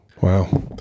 Wow